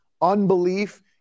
unbelief